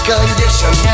Condition